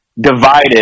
divided